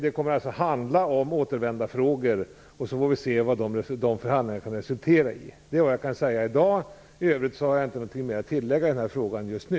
De kommer att handla om återvändarfrågor. Vi får se vad de förhandlingarna resulterar i. Det är vad jag kan säga. I övrigt har jag inget mer att tillägga i den här frågan just nu.